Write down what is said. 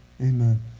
Amen